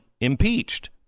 impeached